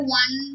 one